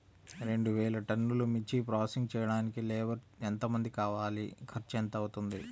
రెండు వేలు టన్నుల మిర్చి ప్రోసెసింగ్ చేయడానికి లేబర్ ఎంతమంది కావాలి, ఖర్చు ఎంత అవుతుంది?